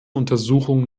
untersuchung